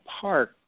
Park